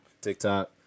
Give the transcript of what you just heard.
TikTok